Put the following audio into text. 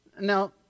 Now